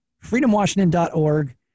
FreedomWashington.org